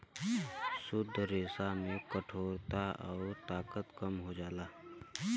शुद्ध रेसा में कठोरता आउर ताकत कम हो जाला